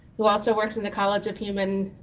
who also works in the college of human